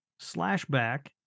Slashback